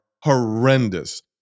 horrendous